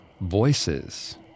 voices